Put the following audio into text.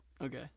Okay